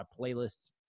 playlists